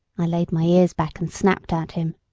i laid my ears back and snapped at him.